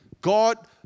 God